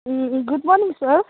good morning sir